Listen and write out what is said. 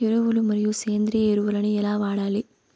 ఎరువులు మరియు సేంద్రియ ఎరువులని ఎలా వాడాలి?